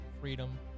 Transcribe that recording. freedom